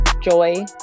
joy